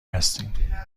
هستیم